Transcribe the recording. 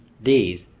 these,